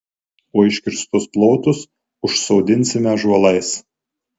o iškirstus plotus užsodinsime ąžuolais